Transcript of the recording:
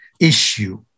issue